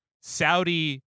Saudi